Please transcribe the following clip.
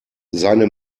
seine